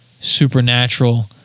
supernatural